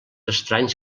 estranys